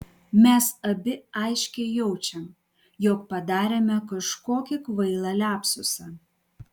mes abi aiškiai jaučiam jog padarėme kažkokį kvailą liapsusą